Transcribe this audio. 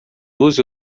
use